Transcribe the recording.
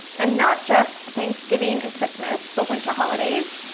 and not just thanksgiving and christmas, the winter holidays,